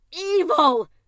evil